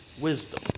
wisdom